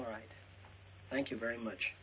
all right thank you very much